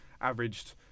averaged